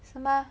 是吗